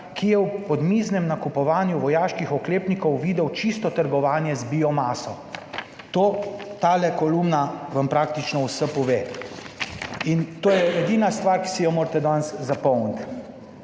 ki je v podmiznem nakupovanju vojaških oklepnikov videl čisto trgovanje z biomaso. To, tale kolumna vam praktično vse pove. In to je edina stvar, ki si jo morate danes zapomniti.